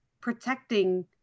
protecting